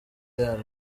yarwo